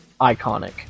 iconic